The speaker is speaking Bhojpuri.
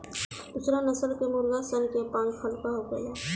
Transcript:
दुसरा नस्ल के मुर्गा सन के पांख हल्का होखेला